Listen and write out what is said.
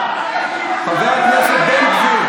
חבר הכנסת בן גביר,